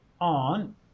on